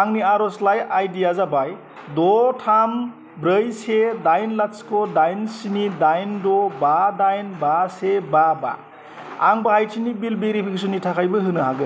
आंनि आर'जलाइ आइडिया जाबाय द' थाम ब्रै से दाइन लाथिख' दाइन स्नि दाइन द' बा दाइन बा से बा बा आं बा आइ टि बिल भेरिफिकेसननि थाखायबो होनो हागोन